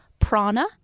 Prana